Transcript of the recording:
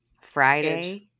Friday